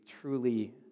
truly